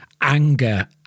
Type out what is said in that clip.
anger